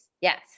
Yes